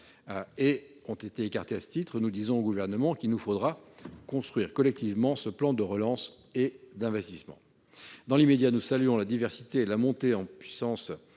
et ont été écartés à ce titre. Nous disons au Gouvernement qu'il nous faudra construire collectivement ce plan de relance et d'investissement. Dans l'immédiat, nous saluons la diversité et la montée en puissance